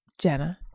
Jenna